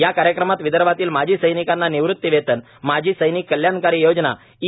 या कार्यक्रमात विदर्भातील माजी सैनिकांना निवृत्तीवेतन माजी सैनिक कल्याणकारी योजना ई